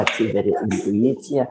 atsiveria intuicija